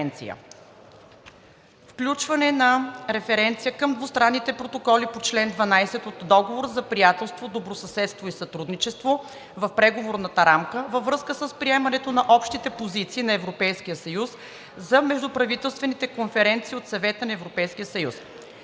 включване на референция към двустранните протоколи по чл. 12 от Договора за приятелство, добросъседство и сътрудничество в Преговорната рамка във връзка с приемането на общите позиции на Европейския съюз за междуправителствените конференции от Съвета на